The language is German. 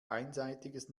einseitiges